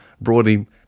broadly